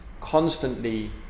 constantly